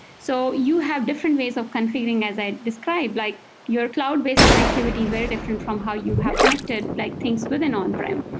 so you have different ways of configuring, as i described. like your cloud base connectivity is very different from how you have connected like things with an on-prem.